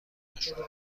خونشون